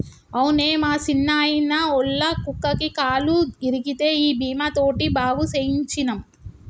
అవునే మా సిన్నాయిన, ఒళ్ళ కుక్కకి కాలు ఇరిగితే ఈ బీమా తోటి బాగు సేయించ్చినం